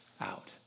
out